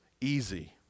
easy